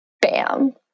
bam